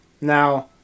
now